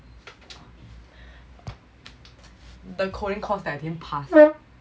the coding course that I didn't pass